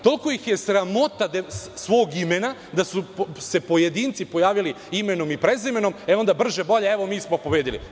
Toliko ih je sramota svog imena da su se pojedinci pojavili imenom i prezimenom, e onda brže bolje evo mi smo pobedili.